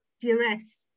Duress